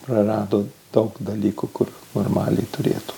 prarado daug dalykų kur normaliai turėtų